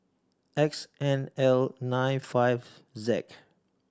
X N L nine five Z